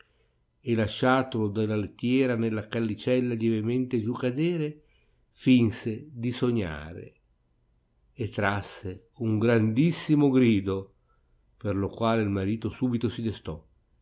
e lasciatolo della lettiera nella callicella lievemente giù cadere finse di sognare e trasse un grandissimo grido per lo quale il marito subito si destò